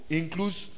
includes